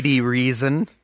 Reason